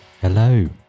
Hello